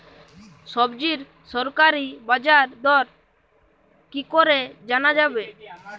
সবজির সরকারি বাজার দর কি করে জানা যাবে?